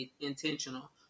intentional